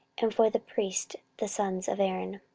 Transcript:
and for the priests the sons of aaron.